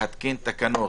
להתקין תקנות,